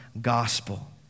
gospel